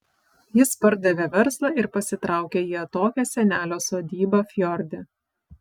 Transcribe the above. jis pardavė verslą ir pasitraukė į atokią senelio sodybą fjorde